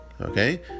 Okay